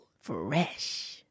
Fresh